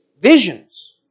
visions